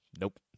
Nope